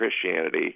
Christianity